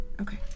Okay